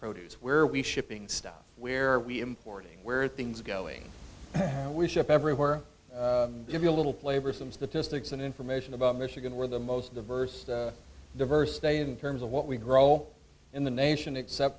produce where we shipping stuff where we importing where things going we ship everywhere give you a little flavor of some statistics and information about michigan where the most diverse diverse day in terms of what we grow in the nation except